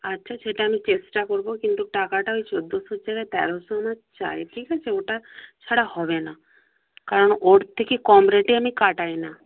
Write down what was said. আচ্ছা সেটা আমি চেষ্টা করব কিন্তু টাকাটা ওই চৌদ্দোশোর জায়গায় তেরোশো আমার চাই ঠিক আছে ওটা ছাড়া হবে না কারণ ওর থেকে কম রেটে আমি কাটাই না